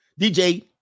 DJ